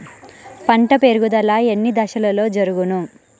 పంట పెరుగుదల ఎన్ని దశలలో జరుగును?